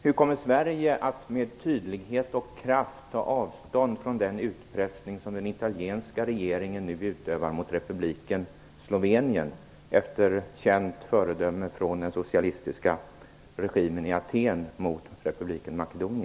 Hur kommer Sverige att med tydlighet och kraft ta avstånd från den utpressning som den italienska regeringen nu utövar mot republiken Slovenien, efter känt föredöme av den socialistiska regimen i